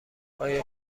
آیا